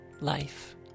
life